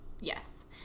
Yes